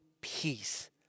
peace